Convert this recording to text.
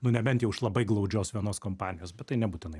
nu nebent jau iš labai glaudžios vienos kompanijos bet tai nebūtinai